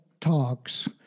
talks